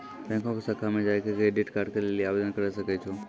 बैंको के शाखा मे जाय के क्रेडिट कार्ड के लेली आवेदन करे सकै छो